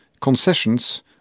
concessions